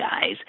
guys